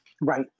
Right